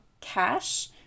Cash